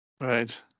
Right